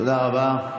תודה רבה.